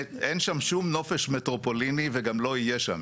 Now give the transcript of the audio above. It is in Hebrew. אין שם שום נופש מטרופוליני וגם לא יהיה שם.